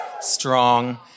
Strong